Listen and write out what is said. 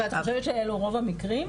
אבל את חושבת שזה רוב המקרים?